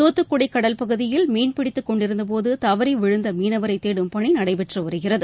துத்துக்குடி கடல் பகுதியில் மீன்பிடித்துக் கொண்டிருந்தபோது தவறி விழுந்த மீனவரை தேடும் பணி நடைபெற்று வருகிறது